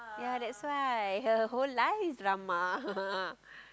ya that's why her whole life drama